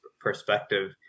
perspective